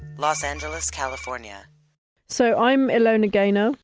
los angeles california so, i'm alona ganer,